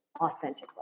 authentically